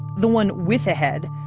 the one with a head,